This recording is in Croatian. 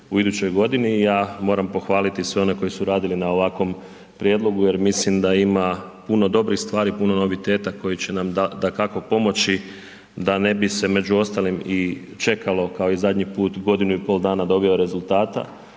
u idućoj godini i ja moram pohvaliti sve one koji su radili na ovakvom prijedlogu jer mislim da ima puno dobrih stvari, puno noviteta koji će nam dakako pomoći da ne bi se među ostalim i čekalo kao i zadnji put godinu i pol dana do objave rezultata.